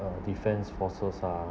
uh defence for SOSA